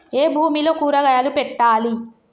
ఏ భూమిలో కూరగాయలు పెట్టాలి?